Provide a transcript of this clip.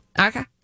Okay